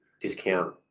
discount